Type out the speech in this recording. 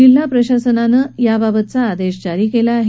जिल्हा प्रशासनानं याबाबतचा आदेश जारी केला आहे